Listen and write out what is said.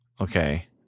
Okay